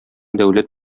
дәүләт